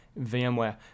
vmware